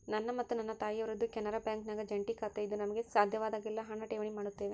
ನನ್ನ ಮತ್ತು ನನ್ನ ತಾಯಿಯವರದ್ದು ಕೆನರಾ ಬ್ಯಾಂಕಿನಾಗ ಜಂಟಿ ಖಾತೆಯಿದ್ದು ನಮಗೆ ಸಾಧ್ಯವಾದಾಗೆಲ್ಲ ಹಣ ಠೇವಣಿ ಮಾಡುತ್ತೇವೆ